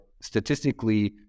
statistically